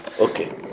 Okay